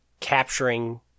capturing